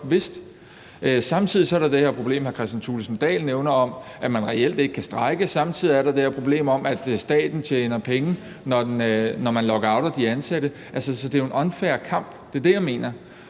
Samtidig er der det her problem, hr. Kristian Thulesen Dahl nævner, om, at man reelt ikke kan strejke, og samtidig er der det her problem om, at staten tjener penge, når man lockouter de ansatte. Så det er jo en unfair kamp – det er det, jeg mener.